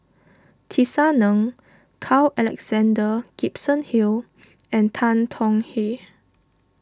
Tisa Ng Carl Alexander Gibson Hill and Tan Tong Hye